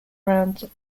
around